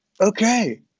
Okay